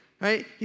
right